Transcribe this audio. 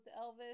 Elvis